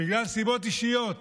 בגלל סיבות אישיות